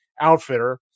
outfitter